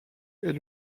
est